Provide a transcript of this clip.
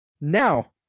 now